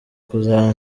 kuzaba